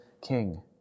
king